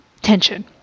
tension